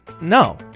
no